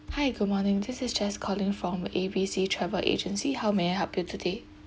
hi good morning this is jess calling from A B C travel agency how may I help you today